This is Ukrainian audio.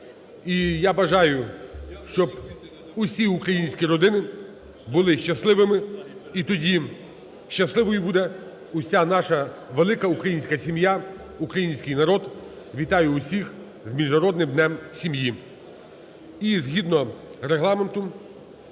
І я бажаю, щоб усі українські родини були щасливими. І тоді щасливою буде вся наша велика українська сім'я, український народ. Вітаю усіх з Міжнародним днем сім'ї. І згідно Регламенту